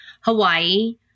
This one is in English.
Hawaii